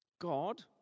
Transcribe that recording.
God